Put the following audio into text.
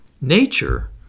nature